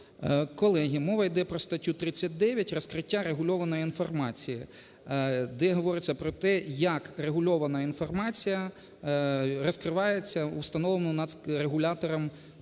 Колеги, мова йде про статтю 39, розкриття регульованої інформації, де говориться про те, як регульована інформація розкривається у встановленому нацрегулятором